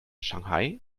shanghai